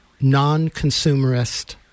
non-consumerist